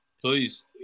please